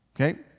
Okay